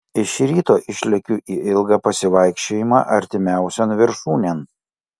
iš ryto išlekiu į ilgą pasivaikščiojimą artimiausion viršūnėn